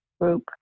group